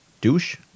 douche